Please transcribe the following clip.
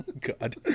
God